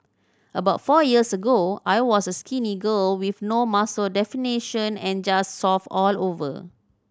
about four years ago I was a skinny girl with no muscle definition and just soft all over